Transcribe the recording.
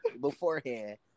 beforehand